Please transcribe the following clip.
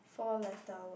four letter word